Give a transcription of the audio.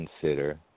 consider